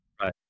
Right